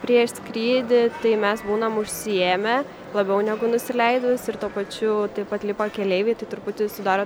prieš skrydį tai mes būnam užsiėmę labiau negu nusileidus ir tuo pačiu taip pat lipa keleiviai tai truputį sudaro